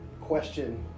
question